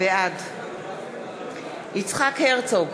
בעד יצחק הרצוג,